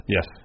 Yes